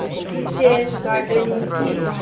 Kitchen gardening কি?